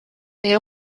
they